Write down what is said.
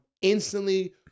instantly